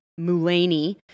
Mulaney